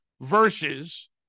Versus